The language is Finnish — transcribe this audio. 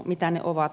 mitä ne ovat